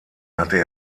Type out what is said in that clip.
hatte